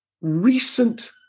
recent